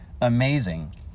amazing